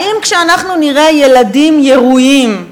כשאנחנו נראה ילדים ירויים,